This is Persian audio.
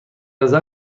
نظر